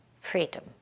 freedom